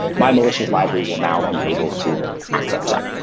my malicious library will now be able to access that.